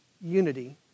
unity